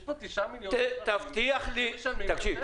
יש פה תשעה מיליון אזרחים שמשלמים יותר.